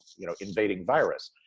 you know, invading virus.